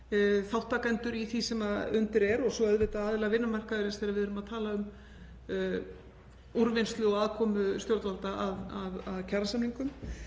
þátttakendur í því sem undir er og svo auðvitað aðilar vinnumarkaðarins þegar við erum að tala um úrvinnslu og aðkomu stjórnvalda að kjarasamningum.